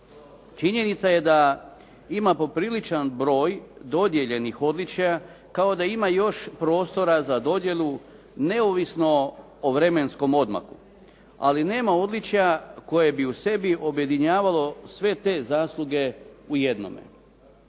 Činjenica je da ima popriličan broj dodijeljenih odličja, kao da ima još prostora za dodjelu neovisno o vremenskom odmaku, ali nema odličja koje bi u sebi objedinjavalo sve te zasluge u jednome.